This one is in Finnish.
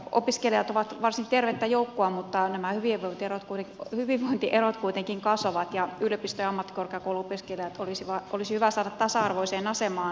opiskelijat ovat varsin tervettä joukkoa mutta nämä hyvinvointierot kuitenkin kasvavat ja yliopisto ja ammattikorkeakouluopiskelijat olisi hyvä saada tasa arvoiseen asemaan